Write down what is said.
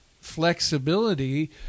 Flexibility